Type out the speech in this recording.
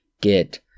get